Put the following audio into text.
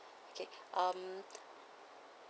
okay um